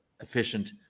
efficient